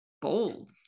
bold